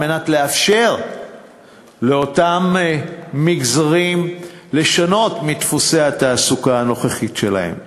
כדי לאפשר לאותם מגזרים לשנות את דפוסי התעסוקה הנוכחיים שלהם.